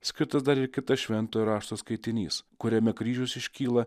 skirtas dar ir kitas šventojo rašto skaitinys kuriame kryžius iškyla